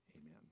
amen